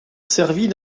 servie